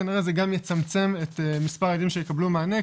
כנראה זה גם יצמצם את מספר הילדים שיקבלו מענה,